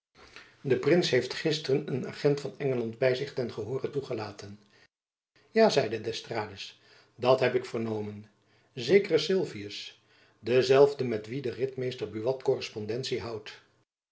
de prins heeft gisteren een agent van engeland by zich ten gehoore toegelaten ja zeide d'estrades dat heb ik vernomen zekeren sylvius denzelfden met wien de ritmeester buat korrespondentie houdt